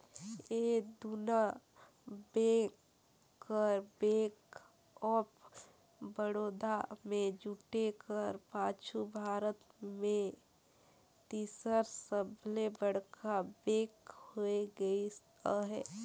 ए दुना बेंक कर bank of Baroda में जुटे कर पाछू भारत में तीसर सबले बड़खा बेंक होए गइस अहे